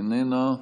איננה,